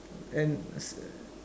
and